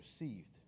received